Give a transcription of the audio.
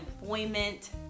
employment